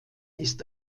ist